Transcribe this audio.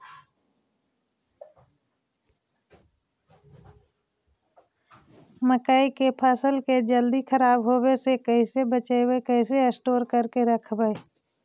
मकइ के फ़सल के जल्दी खराब होबे से कैसे बचइबै कैसे स्टोर करके रखबै?